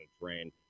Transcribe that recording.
train